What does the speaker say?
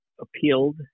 appealed